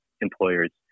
employer's